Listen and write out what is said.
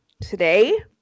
Today